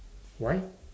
why